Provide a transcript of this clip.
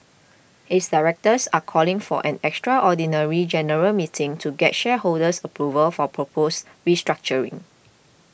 its directors are calling for an extraordinary general meeting to get shareholders approval for proposed restructuring